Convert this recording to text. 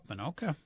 okay